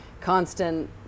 constant